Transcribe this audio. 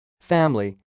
Family